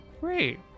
Great